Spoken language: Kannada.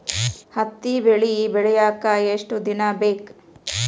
ಹತ್ತಿ ಬೆಳಿ ಬೆಳಿಯಾಕ್ ಎಷ್ಟ ದಿನ ಬೇಕ್?